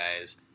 guys